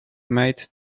made